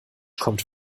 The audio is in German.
kommt